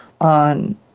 on